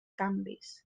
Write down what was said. canvis